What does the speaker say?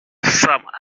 some